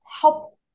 help